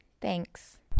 Thanks